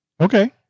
Okay